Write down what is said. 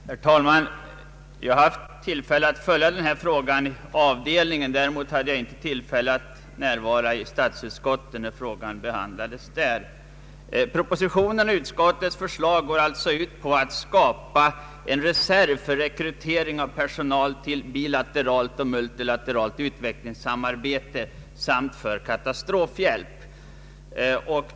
Herr talman! Jag hade tillfälle att följa denna fråga i avdelningen. Däremot hade jag inte tillfälle att närvara i statsutskottet när frågan behandlades där. Propositionen och utskottets förslag går alltså ut på att skapa en reserv för rekrytering av personal för bilateralt och multilateralt utvecklingssamarbete och katastrofhjälp.